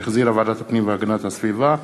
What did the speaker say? שהחזירה ועדת הפנים והגנת הסביבה.